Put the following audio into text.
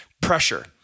pressure